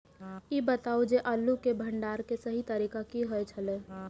ई बताऊ जे आलू के भंडारण के सही तरीका की होय छल?